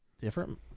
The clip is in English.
different